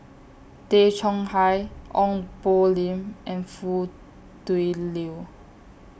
Tay Chong Hai Ong Poh Lim and Foo Tui Liew